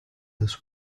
this